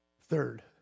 Third